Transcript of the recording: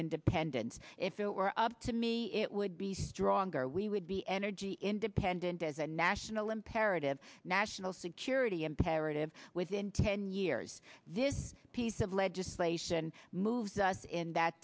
independence if it were up to me it would be stronger we would be energy independent as a national imperative national security imperative within ten years this piece of legislation moves us in that